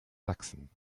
sachsen